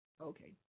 Okay